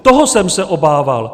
Toho jsem se obával!